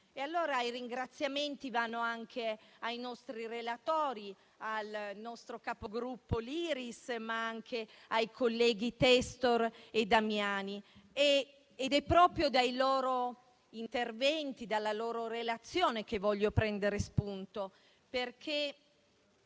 I ringraziamenti vanno ai nostri relatori, al nostro capogruppo Liris, ma anche ai colleghi Testor e Damiani. È proprio dai loro interventi e dalla loro relazione che voglio prendere spunto, perché